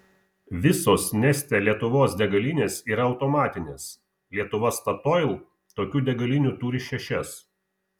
visos neste lietuvos degalinės yra automatinės lietuva statoil tokių degalinių turi šešias